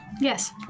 Yes